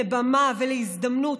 לבמה ולהזדמנות.